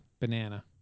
Banana